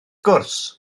gwrs